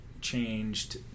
changed